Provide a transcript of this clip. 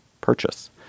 purchase